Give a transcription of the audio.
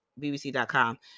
bbc.com